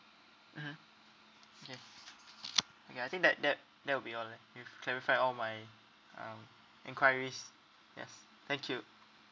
mmhmm okay okay I think that that that will be all lah you've clarified all my um enquiries yes thank you